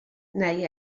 neu